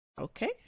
Okay